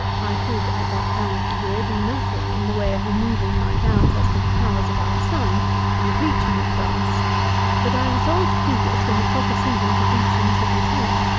i could, at that time of the year, do nothing in the way of removing my doubts as to the powers of our sun in the bleaching of grass but i resolved to do this when the proper season for bleaching should return.